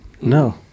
No